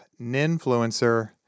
Ninfluencer